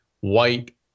white